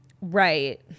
Right